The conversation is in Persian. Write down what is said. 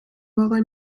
واقع